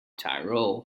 tyrol